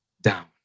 down